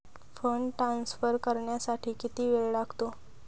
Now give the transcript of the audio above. Fund transfer करण्यासाठी किती वेळ लागतो?